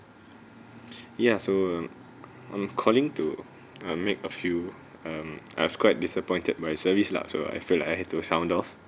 ya so um I'm calling to uh make a few um ah is quite disappointed by service lah so I feel like I had to sound of